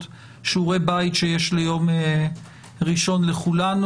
שיעורי בית שיש ליום ראשון לכולנו.